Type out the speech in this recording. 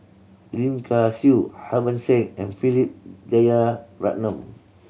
Lim Kay Siu Harbans Singh and Philip Jeyaretnam